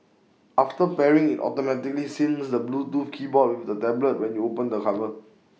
after pairing IT automatically syncs the Bluetooth keyboard with the tablet when you open the cover